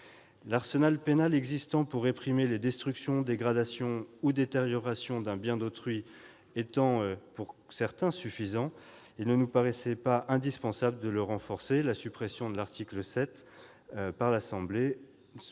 L'arsenal pénal existant pour réprimer les destructions, dégradations ou détériorations d'un bien d'autrui étant suffisant selon plusieurs avis recueillis, il ne nous paraissait pas indispensable de le renforcer. La suppression de l'article 7 par l'Assemblée